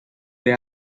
the